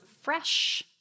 fresh